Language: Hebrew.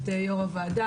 את יו"ר הוועדה,